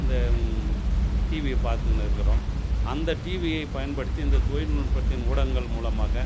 இந்த டிவியை பார்த்துக்கின்னு இருக்கிறோம் அந்த டிவியை பயன்படுத்தி இந்த தொழில்நுட்பத்தின் ஊடகங்கள் மூலமாக